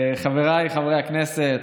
חבריי חברי הכנסת,